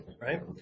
right